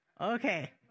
Okay